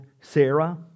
Sarah